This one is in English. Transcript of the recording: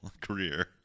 career